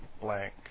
blank